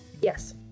Yes